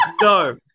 no